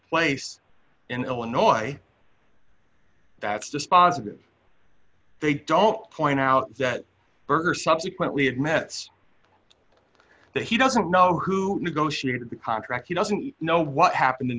place in illinois that's dispositive they don't point out that berger subsequently had mets that he doesn't know who negotiated the contract he doesn't know what happened in